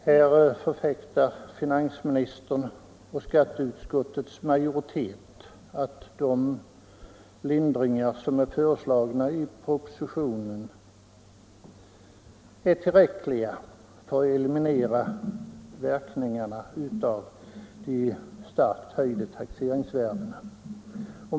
Här förfäktar finansministern och skatteutskottets majoritet att de lindringar som är föreslagna i propositionen är tillräckliga för att eliminera verkningarna av de starkt höjda taxeringsvärdena.